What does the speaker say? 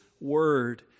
word